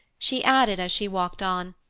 she added, as she walked on,